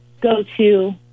go-to